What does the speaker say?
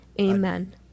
Amen